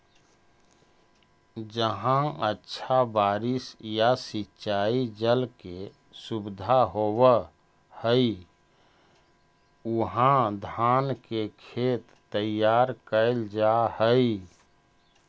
जहाँ अच्छा बारिश या सिंचाई जल के सुविधा होवऽ हइ, उहाँ धान के खेत तैयार कैल जा हइ